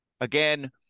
Again